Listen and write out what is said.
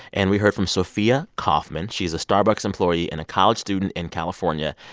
and we heard from sophia kauffman. she's a starbucks employee and a college student in california.